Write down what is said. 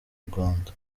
rwanda